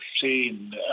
seen